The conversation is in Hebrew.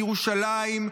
מירושלים,